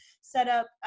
setup